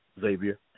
Xavier